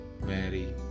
mary